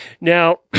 now